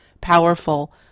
powerful